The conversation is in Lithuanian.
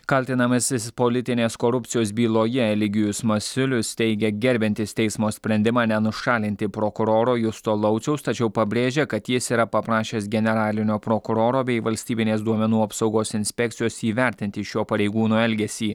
kaltinamasis politinės korupcijos byloje eligijus masiulis teigia gerbiantis teismo sprendimą nenušalinti prokuroro justo lauciaus tačiau pabrėžia kad jis yra paprašęs generalinio prokuroro bei valstybinės duomenų apsaugos inspekcijos įvertinti šio pareigūno elgesį